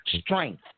strength